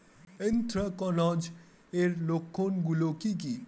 Anthracnose এর লক্ষণ গুলো কি কি?